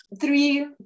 three